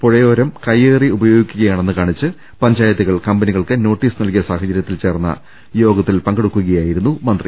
പുഴയോരം കൈയേറി ഉപയോഗിക്കുകയാണെന്ന് കാണിച്ച് പഞ്ചായത്തുകൾ കമ്പനികൾക്ക് നോട്ടീസ് നൽകിയ സാഹച ര്യത്തിൽ ചേർന്ന യോഗത്തിൽ പങ്കെടുക്കുകയായിരുന്നു മന്ത്രി